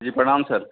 जी प्रणाम सर